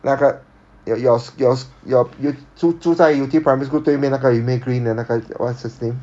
那个 your your your your yew 住住在 yew tee primary school 对面那个 yi mei green 的那个 what's his name